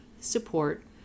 support